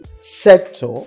sector